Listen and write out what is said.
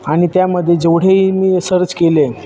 आणि त्यामध्ये जेवढेही मी सर्च केले